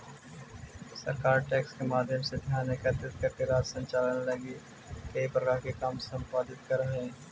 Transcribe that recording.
सरकार टैक्स के माध्यम से धन एकत्रित करके राज्य संचालन लगी कई प्रकार के काम संपादित करऽ हई